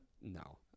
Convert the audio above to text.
no